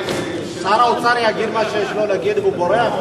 שר האוצר יגיד מה שיש לו להגיד ובורח?